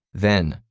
then,